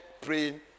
praying